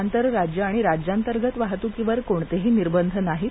आंतरराज्य आणि राज्यांतर्गत वाहतुकीवर कोणतेही निर्बंध नाहीत